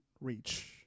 reach